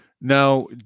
Now